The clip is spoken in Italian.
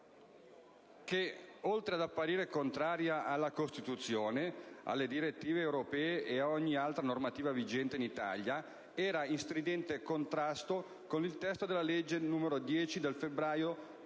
che oltre ad apparire contraria alla Costituzione, alle direttive europee e a ogni altra normativa vigente in Italia, era in stridente contrasto con il testo della legge 10 febbraio 2006,